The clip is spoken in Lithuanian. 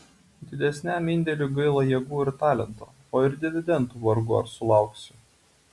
didesniam indėliui gaila jėgų ir talento o ir dividendų vargu ar sulauksi